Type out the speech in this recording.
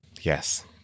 Yes